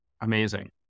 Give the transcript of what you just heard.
amazing